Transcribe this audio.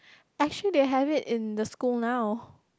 I sure they have it in the school now